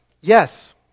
Yes